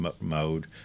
mode